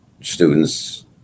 students